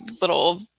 little